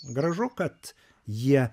gražu kad jie